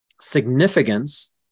significance